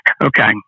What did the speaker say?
Okay